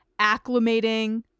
acclimating